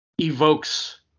evokes